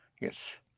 Yes